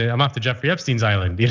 ah um um to jeffrey epstein's island.